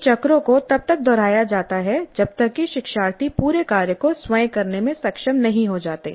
इन चक्रों को तब तक दोहराया जाता है जब तक कि शिक्षार्थी पूरे कार्य को स्वयं करने में सक्षम नहीं हो जाते